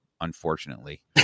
unfortunately